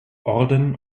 orden